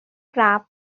craft